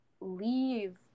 leave